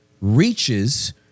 reaches